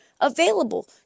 available